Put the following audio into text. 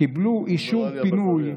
קיבלו אישור פינוי,